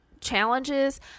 challenges